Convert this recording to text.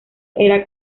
era